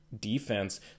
defense